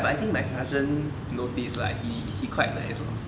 okay lah but I think my sergeant notice lah he he quite nice lor so ya